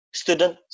student